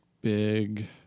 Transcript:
big